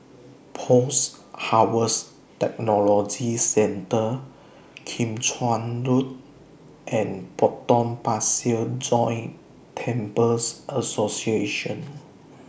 Post Harvest Technology Centre Kim Chuan Road and Potong Pasir Joint Temples Association